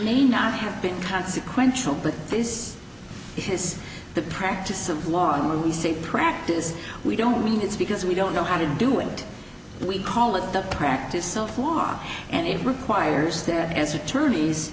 may not have been consequential but this is the practice of law and we say practice we don't mean it's because we don't know how to do it we call it the practice so far and it requires there as attorneys